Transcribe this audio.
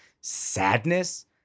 sadness